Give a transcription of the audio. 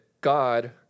God